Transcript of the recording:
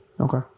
Okay